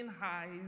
highs